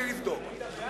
בלי לבדוק.